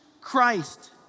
Christ